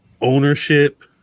ownership